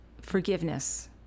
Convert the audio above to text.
forgiveness